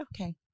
Okay